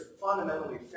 fundamentally